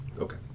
Okay